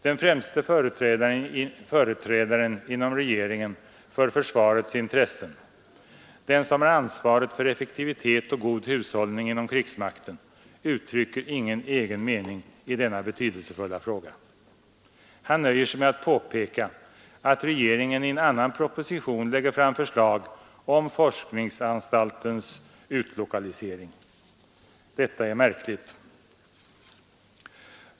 Den främste företrädaren inom regeringen för försvarets intressen, den som har ansvaret för effektivitet och god hushållning inom krigsmakten, uttrycker ingen egen mening i denna betydelsefulla fråga. Han nöjer sig med att påpeka att regeringen i en annan proposition lägger fram förslag om forskningsanstaltens utlokalisering. Detta är märkligt.